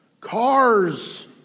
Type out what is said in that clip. cars